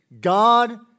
God